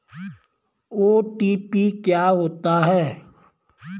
OTP क्या होता है?